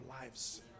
lives